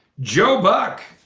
joe buck.